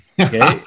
Okay